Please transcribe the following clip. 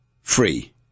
free